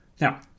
now